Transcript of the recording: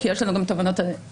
כי יש לנו גם תובענות סירחון,